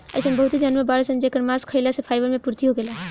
अइसन बहुते जानवर बाड़सन जेकर मांस खाइला से फाइबर मे पूर्ति होखेला